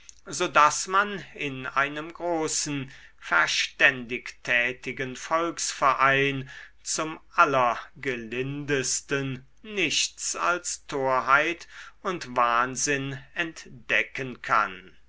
so daß man in einem großen verständig tätigen volksverein zum allergelindesten nichts als torheit und wahnsinn entdecken kann